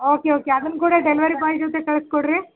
okay okay ಅದನ್ನು ಕೂಡ delivery boy ಜೊತೆ ಕಳಿಸ್ಕೊಡ್ರಿ